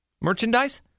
merchandise